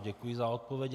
Děkuji za odpověď.